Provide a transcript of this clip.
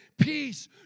peace